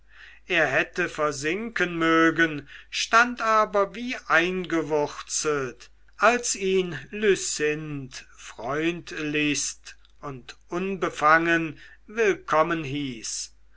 er hätte versinken mögen stand aber wie angewurzelt als ihn lucinde freundlichst und unbefangen willkommen hieß